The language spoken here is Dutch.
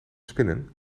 spinnen